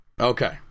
Okay